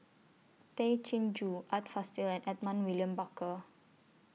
Tay Chin Joo Art Fazil and Edmund William Barker